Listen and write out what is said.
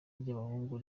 ry’abahungu